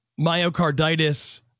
myocarditis